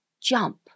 jump